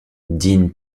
dean